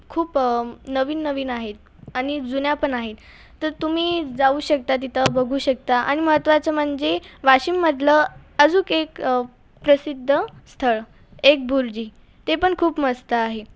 खूप नवीन नवीन आहे आणि जुन्या पण आहे तर तुम्ही जाऊ शकता तिथं बघू शकता आणि महत्वाचं म्हणजे वाशिममधलं आजूक एक प्रसिद्ध स्थळ एकबुरुजी ते पण खूप मस्त आहे